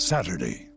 Saturday